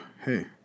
hey